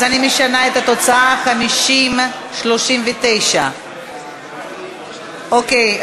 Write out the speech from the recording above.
אז אני משנה את התוצאה, 39:50. אוקיי.